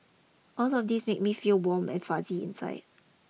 all of these make me feel warm and fuzzy inside